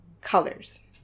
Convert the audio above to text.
colors